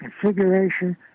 configuration